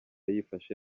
yifashe